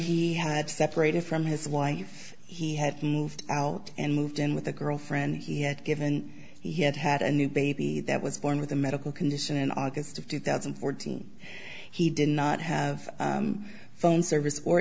he had separated from his wife he had moved out and moved in with a girlfriend he had given he had had a new baby that was born with a medical condition in august of two thousand and fourteen he did not have phone service or